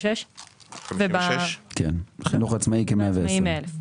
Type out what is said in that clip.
בחינוך העצמאי כ-110,000.